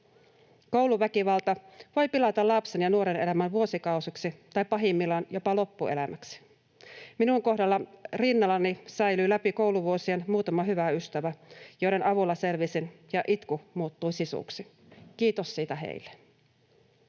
Kouluväkivalta voi pilata lapsen ja nuoren elämän vuosikausiksi tai pahimmillaan jopa loppuelämäksi. Minun kohdallani rinnallani säilyi läpi kouluvuosien muutama hyvä ystävä, joiden avulla selvisin ja itku muuttui sisuksi. Kiitos siitä heille.